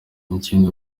ikindi